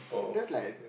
that's like